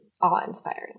awe-inspiring